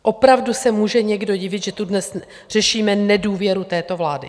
Opravdu se může někdo divit, že tu dnes řešíme nedůvěru této vládě?